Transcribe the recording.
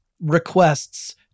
requests